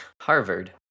Harvard